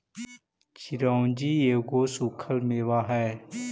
चिरौंजी एगो सूखल मेवा हई